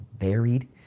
varied